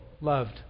loved